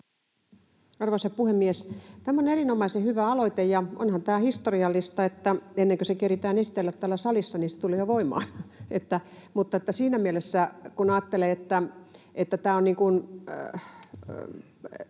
Arvoisa puhemies! Tämä on erinomaisen hyvä aloite, ja onhan tämä historiallista, että ennen kuin se keritään esitellä täällä salissa, se tuli jo voimaan. Mutta siinä mielessä kun ajattelee, niin tämä on